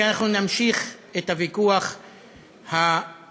כי אנחנו נמשיך את הוויכוח האידיאולוגי